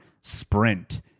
sprint